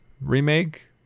remake